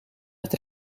het